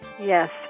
Yes